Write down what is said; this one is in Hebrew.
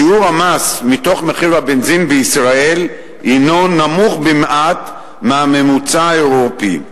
שיעור המס בתוך מחיר הבנזין בישראל הוא נמוך במעט מהממוצע האירופי.